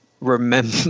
remember